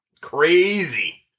Crazy